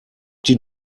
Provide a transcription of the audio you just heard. die